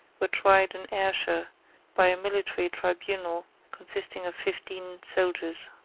were tried in ayrshire by a military tribunal consisting of fifteen soldiers.